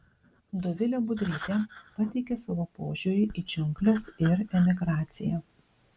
dovilė budrytė pateikia savo požiūrį į džiungles ir emigraciją